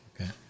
Okay